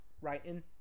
writing